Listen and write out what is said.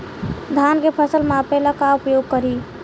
धान के फ़सल मापे ला का उपयोग करी?